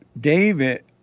David